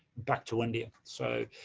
back to india. so,